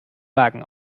wagen